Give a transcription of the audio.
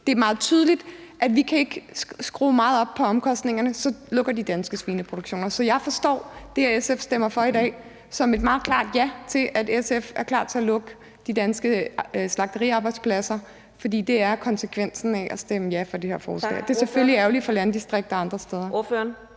Det er meget tydeligt, at vi ikke kan skrue meget op på omkostningerne, for så lukker de danske svineproduktioner. Så jeg forstår det, at SF stemmer for i dag, som et meget klart ja til, at SF er klar til at lukke de danske slagteriarbejdspladser, fordi det er konsekvensen af at stemme ja til det her forslag. Det er selvfølgelig ærgerligt for landdistrikterne og andre steder.